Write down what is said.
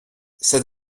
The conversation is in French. cet